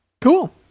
Cool